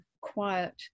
quiet